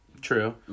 True